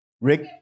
Rick